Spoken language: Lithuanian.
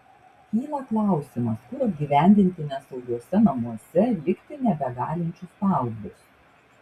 kyla klausimas kur apgyvendinti nesaugiuose namuose likti nebegalinčius paauglius